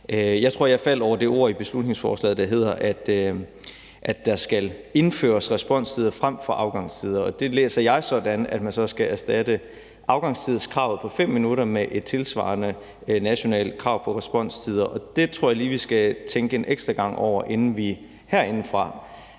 jeg faldt over de ord i beslutningsforslaget, der hedder, at der skal indføres responstider frem fra afgangstider. Det læser jeg sådan, at man så skal erstatte afgangstidskravet på 5 minutter med et tilsvarende nationalt krav på responstider. Det tror jeg lige vi skal tænke en ekstra gang over herindefra.